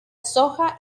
soja